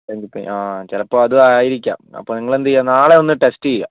ഡെങ്കിപ്പനി ആഹ് ചിലപ്പോൾ അതും ആയിരിക്കാം അപ്പോൾ നിങ്ങളെന്ത് ചെയ്യുക നാളെ ഒന്ന് ടെസ്റ്റ് ചെയ്യുക